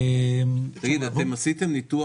בסגר השלישי של משבר הקורונה,